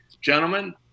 gentlemen